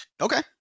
Okay